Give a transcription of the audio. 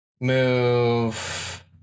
move